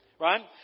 right